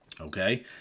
Okay